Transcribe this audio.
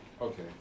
Okay